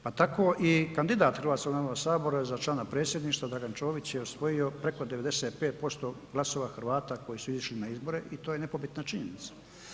Pa tako i kandidat Hrvatskog narodnog sabora za člana predsjedništva Dragan Čović je osvojio preko 95% glasova Hrvata koji su izašli na izbore i to je nepobitna činjenica.